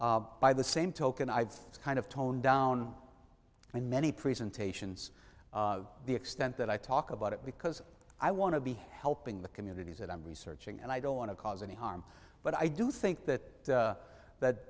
by the same token i've kind of toned down in many presentations of the extent that i talk about it because i want to be helping the communities that i'm researching and i don't want to cause any harm but i do think that